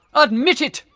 admit it!